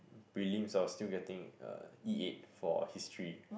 prelims I was still getting uh E eight for History